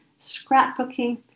scrapbooking